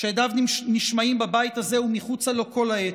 שהדיו נשמעים בבית הזה ומחוצה לו כל העת.